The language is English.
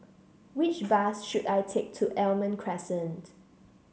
which bus should I take to Almond Crescent